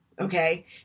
Okay